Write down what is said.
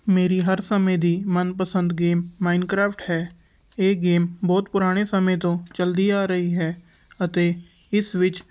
ਮੇਰੀ ਹਰ ਸਮੇਂ ਦੀ ਮਨਪਸੰਦ ਗੇਮ ਮਾਈਨਕ੍ਰਾਫਟ ਹੈ ਇਹ ਗੇਮ ਬਹੁਤ ਪੁਰਾਣੇ ਸਮੇਂ ਤੋਂ ਚੱਲਦੀ ਆ ਰਹੀ ਹੈ ਅਤੇ ਇਸ ਵਿੱਚ